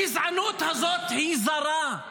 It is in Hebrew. הגזענות הזאת היא זרה,